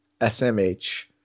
SMH